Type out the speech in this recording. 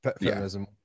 feminism